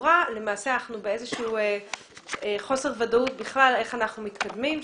בתחבורה למעשה אנחנו באיזשהו חוסר ודאות בכלל איך אנחנו מתקדמים,